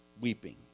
weeping